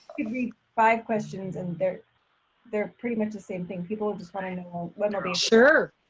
could read five questions and they're they're pretty much the same thing. people just wanna know when are they sure.